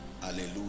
hallelujah